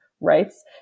rights